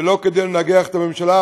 ולא כדי לנגח את הממשלה,